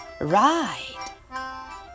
ride